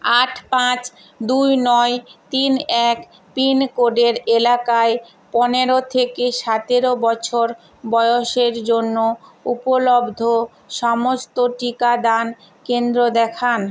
আট পাঁচ দুই নয় তিন এক পিন কোডের এলাকায় পনেরো থেকে সতেরো বছর বয়সের জন্য উপলব্ধ সমস্ত টিকাদান কেন্দ্র দেখান